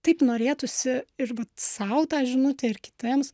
taip norėtųsi ir vat sau tą žinutę ir kitiems